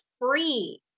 free